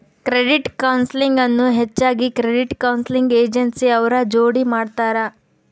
credit counselling ಅನ್ನು ಹೆಚ್ಚಾಗಿ credit counselling agency ಅವ್ರ ಜೋಡಿ ಮಾಡ್ತರ